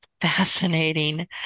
fascinating